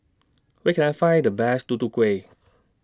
Where Can I Find The Best Tutu Kueh